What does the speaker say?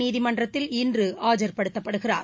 நீதிமன்றத்தில் இன்று ஆஜர்படுத்தப்படுகிறார்